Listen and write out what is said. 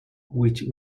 which